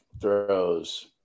throws